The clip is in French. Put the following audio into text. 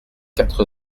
quatre